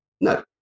no